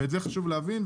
ואת זה חשוב להבין,